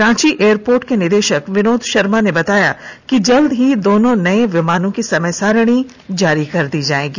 Ranchi airport के निदेशक विनोद शर्मा ने बताया कि जल्द ही दोनों नए विमानों की समय सारिणी जारी कर दी जाएगी